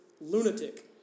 lunatic